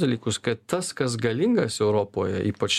dalykus kad tas kas galingas europoje ypač